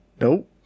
Nope